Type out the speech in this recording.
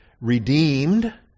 redeemed